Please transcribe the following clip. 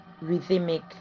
rhythmic